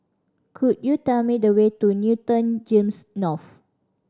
could you tell me the way to Newton GEMS North